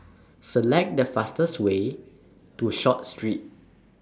Select The fastest Way to Short Street